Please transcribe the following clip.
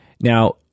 Now